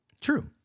True